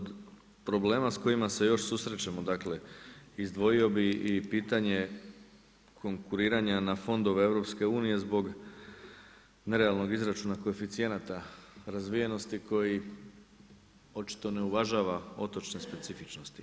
Od problema sa kojima se još susrećemo, dakle izdvojio bih i pitanje konkuriranja na fondove EU zbog nerealnog izračuna koeficijenata razvijenosti koji očito ne uvažava otočne specifičnosti.